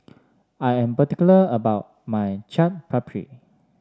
I am particular about my Chaat Papri